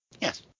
Yes